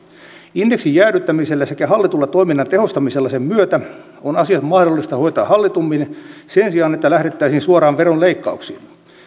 indeksin jäädyttämisellä sekä hallitulla toiminnan tehostamisella sen myötä on asiat mahdollista hoitaa hallitummin sen sijaan että lähdettäisiin suoraan veron leikkauksiin